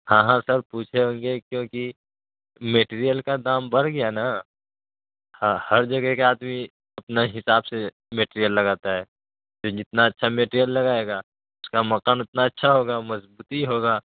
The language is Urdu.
ہاں ہاں سر پوچھے ہوں گے کیونکہ میٹریل کا دام بڑھ گیا نا ہر جگہ کا آدمی اپنا حساب سے میٹریل لگاتا ہے جو جتنا اچھا میٹریل لگائے گا اس کا مکان اتنا اچھا ہوگا مضبوطی ہوگا